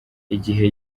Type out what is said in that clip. igihe